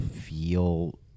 feel